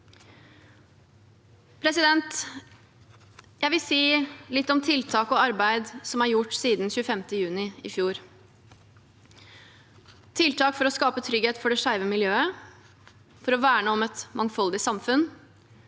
oss. Jeg vil si litt om tiltak og arbeid som er gjort siden 25. juni i fjor – tiltak for å skape trygghet for det skeive miljøet, for å verne om et mangfoldig samfunn,